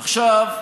עכשיו,